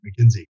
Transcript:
McKinsey